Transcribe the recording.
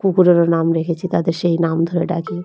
কুকুরেরও নাম রেখেছি তাদের সেই নাম ধরে ডাকি